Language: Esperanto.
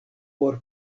por